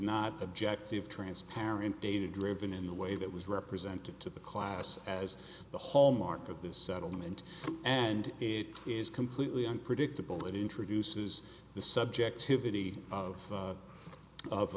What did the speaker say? not objective transparent data driven in the way that was represented to the class as the whole mark of this settlement and it is completely unpredictable and introduces the subjectivity of